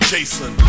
Jason